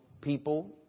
people